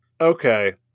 Okay